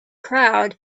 crowd